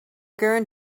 going